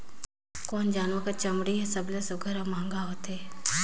कोन जानवर कर चमड़ी हर सबले सुघ्घर और महंगा होथे?